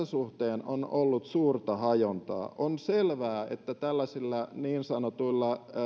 suhteen on ollut suurta hajontaa on selvää että tällaisilla niin sanotuilla